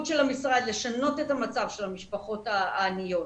של המשרד לשנות את המצב של המשפחות העניות.